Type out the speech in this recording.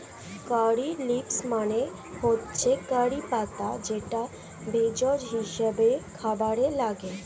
কারী leaves মানে হচ্ছে curry পাতা যেটা ভেষজ হিসেবে খাবারে লাগে